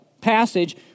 passage